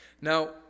Now